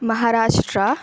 Maharashtra